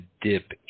dip